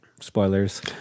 spoilers